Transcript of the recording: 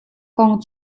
kong